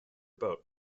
boat